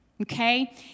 okay